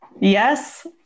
Yes